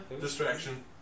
Distraction